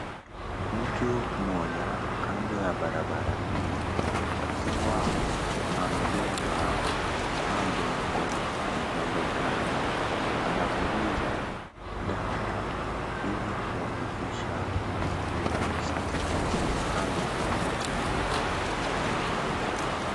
Mtu mmoja kando ya barabara hii, akiwa amebeba pampu mabegani. Anapuliza dawa Ili kuhakikisha mazingira ni safi. Kando kuna mti ambao umemea huko.